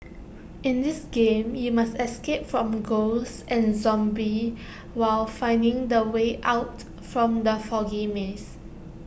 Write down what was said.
in this game you must escape from ghosts and zombies while finding the way out from the foggy maze